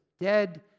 dead